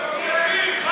הם כובשים.